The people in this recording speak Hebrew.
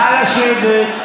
נא לשבת.